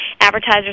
advertisers